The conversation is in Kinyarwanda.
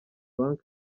bank